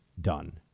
done